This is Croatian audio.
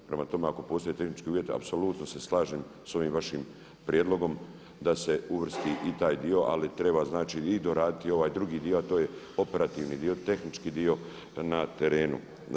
Prema tome ako postoje tehnički uvjeti, apsolutno se slažem sa ovim vašim prijedlogom da se uvrsti i taj dio ali treba znači i doraditi ovaj drugi dio a to je operativni dio, tehnički dio na terenu.